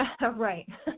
Right